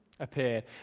appeared